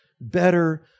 better